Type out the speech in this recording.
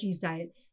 diet